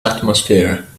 atmosphere